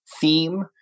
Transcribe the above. theme